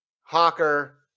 Hawker